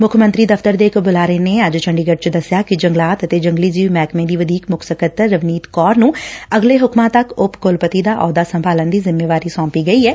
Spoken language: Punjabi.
ਮੁੱਖ ਮੰਤਰੀ ਦਫ਼ਤਰ ਦੇ ਇਕ ਬੁਲਾਰੇ ਨੇ ਅੱਜ ਚੰਡੀਗੜ੍ਪ ਚ ਦਸਿਆ ਕਿ ਜੰਗਲਾਤ ਅਤੇ ਜੰਗਲੀ ਜੀਵ ਮਹਿਕਮੇ ਦੀ ਵਧੀਕ ਮੁੱਖ ਸਕੱਤਰ ਰਵਨੀਤ ਕੌਰ ਨੂੰ ਅਗਲੇ ਹੁਕਮਾਂ ਤੱਕ ਉਪ ਕੁਲਪਤੀ ਦਾ ਅਹੁੱਦਾ ਸੰਭਾਲਣ ਦੀ ਜਿੰਮੇਵਾਰੀ ਸੌਂਪੀ ਗਈ ਐ